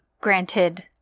Granted –